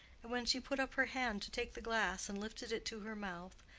and when she put up her hand to take the glass and lifted it to her mouth,